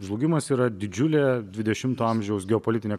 žlugimas yra didžiulė dvidešimto amžiaus geopolitinė